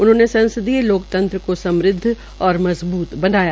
उन्होंने संसदीय लोकतंत्र को समुद्ध और मजबूत बनाया